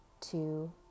two